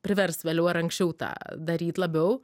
privers vėliau ar anksčiau tą daryt labiau